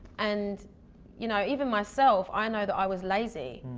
and you know even myself, i know that i was lazy.